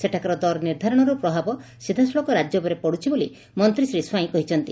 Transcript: ସେଠାକାର ଦର ନିଭ୍ବାରଣର ପ୍ରଭାବ ସିଧାସଳଖ ରାଜ୍ୟ ଉପରେ ପଡୁଛି ବୋଲି ମନ୍ତୀ ଶ୍ରୀ ସ୍ୱାଇଁ କହିଛନ୍ତି